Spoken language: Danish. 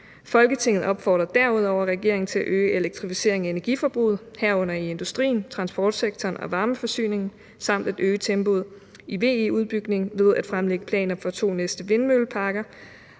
Folketinget opfordrer derudover regeringen til at øge elektrificeringen af energiforbruget, herunder i industrien, transportsektoren og varmeforsyningen, samt øge tempoet i VE-udbygningen ved at fremlægge planer for de to næste havvindmølleparker